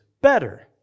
better